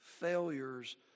Failures